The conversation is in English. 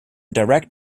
direct